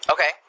Okay